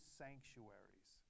sanctuaries